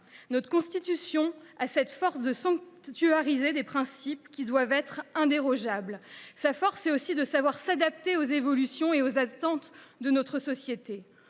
Notre Constitution a cette force de sanctuariser des principes auxquels il ne doit pas pouvoir être dérogé. Sa force, c’est aussi de savoir s’adapter aux évolutions et aux attentes de notre société.